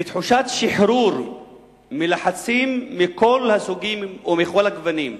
ותחושת שחרור מלחצים מכל הסוגים ומכל הגוונים,